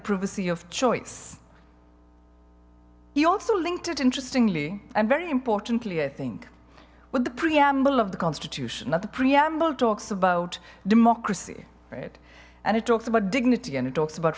privacy of choice he also linked it interestingly and very importantly i think with the preamble of the constitution that the preamble talks about democracy right and it talks about dignity and it talks about